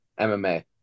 MMA